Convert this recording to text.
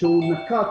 שהוא נקט